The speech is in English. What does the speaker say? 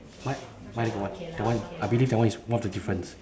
mi~ mine got one that one I believe that one is one of the difference